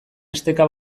esteka